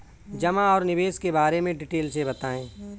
जमा और निवेश के बारे में डिटेल से बताएँ?